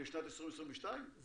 לשנת 2022, על כל המשמעות?